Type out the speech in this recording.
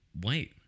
white